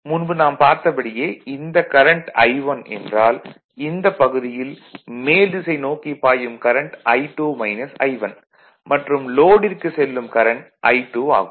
முன்பு நாம் பார்த்தபடியே இந்த கரண்ட் I1 என்றால் இந்தப் பகுதியில் மேல்திசை நோக்கி பாயும் கரண்ட் மற்றும் லோடிற்கு செல்லும் கரண்ட் I2 ஆகும்